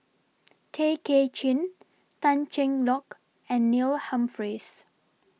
Tay Kay Chin Tan Cheng Lock and Neil Humphreys